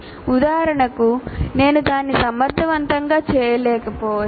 ఉదాహరణకు నేను దానిని సమర్థవంతంగా చేయలేకపోవచ్చు